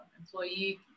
employee